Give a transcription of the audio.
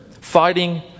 fighting